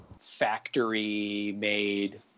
factory-made